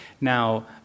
Now